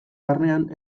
barnean